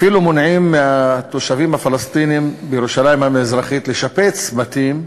אפילו מונעים מהתושבים הפלסטינים בירושלים המזרחית לשפץ בתים.